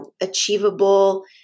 achievable